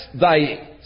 thy